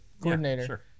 coordinator